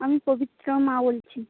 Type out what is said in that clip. আমি পবিত্রর মা বলছি